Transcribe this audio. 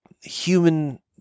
human